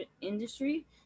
industry